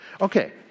Okay